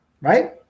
right